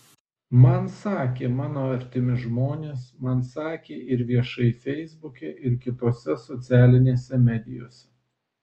man sakė mano artimi žmonės man sakė ir viešai feisbuke ir kitose socialinėse medijose